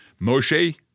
Moshe